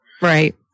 Right